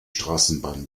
straßenbahn